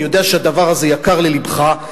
אני יודע שהדבר הזה יקר ללבך,